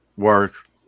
worth